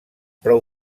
prou